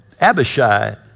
Abishai